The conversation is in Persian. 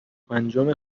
پنجم